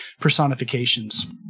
personifications